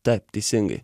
taip teisingai